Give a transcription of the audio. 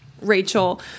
Rachel